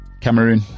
Cameroon